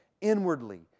inwardly